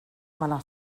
mala